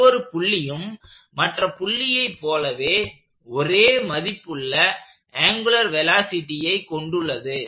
ஒவ்வொரு புள்ளியும் மற்ற புள்ளியை போலவே ஒரே மதிப்புள்ள ஆங்குலர் வெலாசிட்டியை கொண்டுள்ளது